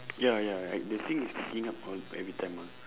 ya ya like the thing is picking up all every time ah